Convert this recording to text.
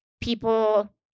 people